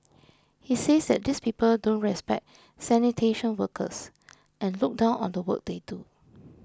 he says that these people don't respect sanitation workers and look down on the work they do